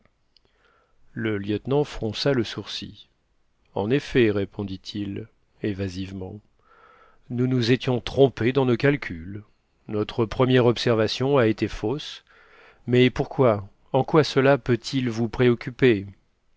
le lieutenant fronça le sourcil en effet répondit-il évasivement nous nous étions trompés dans nos calculs notre première observation a été fausse mais pourquoi en quoi cela peut-il vous préoccuper